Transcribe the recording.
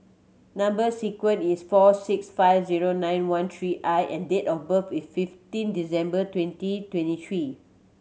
number sequence is S four six five zero nine one three I and date of birth is fifteen December twenty twenty three